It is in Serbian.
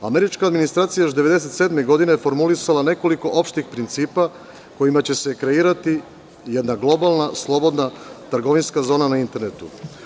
Američka administracija još 1997. godine formulisala nekoliko opštih principa kojima će se kreirati jedna globalna slobodna trgovinska zona na internetu.